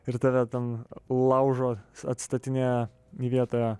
ir tave ten laužo atstatinėja į vietą